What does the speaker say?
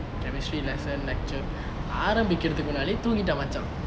chemistry lesson lecture ஆரம்பிக்க்ரது முன்னாடி தூங்கிட்டோம் மச்சான்:aarambikrathu munnaadi thoongittom machan